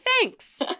Thanks